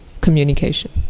communication